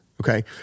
Okay